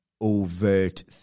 overt